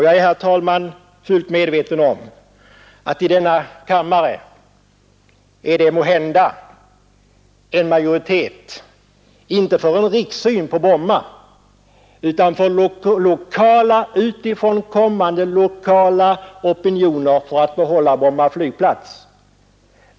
Jag är, herr talman, fullt medveten om att det i denna kammare måhända är en majoritet, inte för en rikssyn på Bromma utan för lokala opinioner ute i landet för att behålla Bromma flygplats.